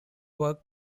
work